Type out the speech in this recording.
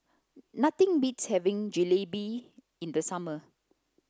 nothing beats having Jalebi in the summer